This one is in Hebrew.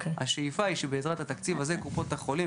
השאיפה היא שבעזרת התקציב הזה קופות החולים,